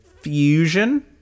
Fusion